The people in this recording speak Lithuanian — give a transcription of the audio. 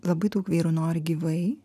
labai daug vyrų nori gyvai